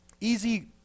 easy